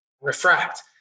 Refract